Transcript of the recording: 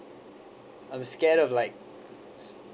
I'm scared of like